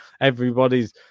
everybody's